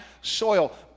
soil